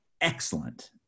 excellent